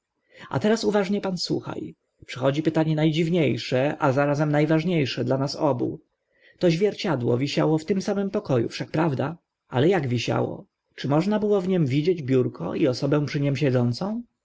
a teraz uważnie pan słucha przychodzi pytanie na dziwnie sze a zarazem na ważnie sze dla nas obu to zwierciadło wisiało w tym samym poko u wszak prawda ale ak wisiało czy można było w nim widzieć biurko i osobę przy nim siedzącą